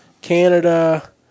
Canada